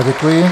Děkuji.